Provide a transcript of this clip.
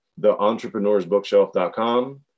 theentrepreneursbookshelf.com